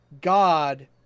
God